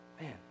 man